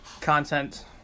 content